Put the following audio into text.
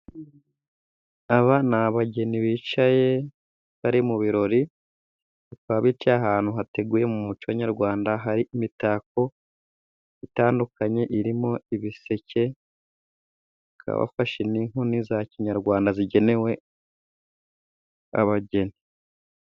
Aba ni abageni bicaye bari mu birori, bakaba bicaye ahantu hateguye mu muco nyarwanda, hari imitako itandukanye irimo ibiseke, bakaba bafashe n'inkoni za kinyarwanda zigenewe abageni.